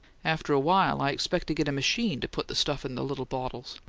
afterwhile, i expect to get a machine to put the stuff in the little bottles,